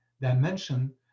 dimension